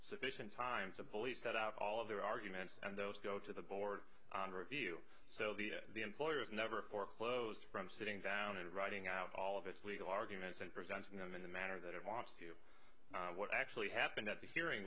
sufficient time to believe that out of all of their arguments and those go to the board of you so the the employer is never foreclosed from sitting down and writing out all of its legal arguments and presenting them in the manner that it wants to what actually happened that the hearing